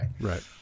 Right